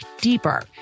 deeper